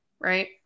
right